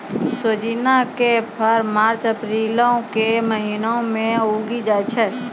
सोजिना के फर मार्च अप्रीलो के महिना मे उगि जाय छै